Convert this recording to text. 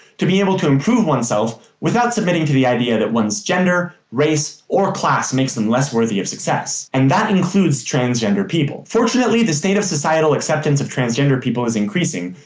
to be able to improve oneself without submitting to the idea that one's gender, race, or class makes them less worthy of success. and that includes transgender people. fortunately, the state of societal acceptance of transgender people is increasing,